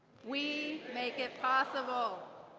we make it possible!